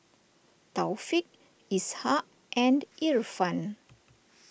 Taufik Ishak and Irfan